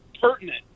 pertinent